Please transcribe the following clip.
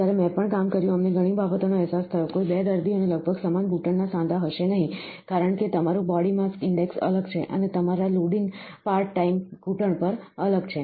જ્યારે મેં પણ કામ કર્યું અમને ઘણી બાબતોનો અહેસાસ થયો કોઈ 2 દર્દીઓને લગભગ સમાન ઘૂંટણની સાંધા હશે કારણ કે તમારું બોડી માસ ઇન્ડેક્સ અલગ છે અને તમારા લોડિંગ પાર્ટ ટાઇમ ઘૂંટણ પર અલગ છે